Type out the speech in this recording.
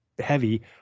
heavy